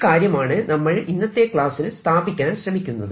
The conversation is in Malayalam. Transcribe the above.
ഈ കാര്യമാണ് നമ്മൾ ഇന്നത്തെ ക്ലാസ്സിൽ സ്ഥാപിക്കാൻ ശ്രമിക്കുന്നത്